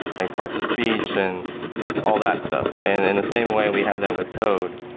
like parts of speech and all that stuff. and in the same way, we have that with code.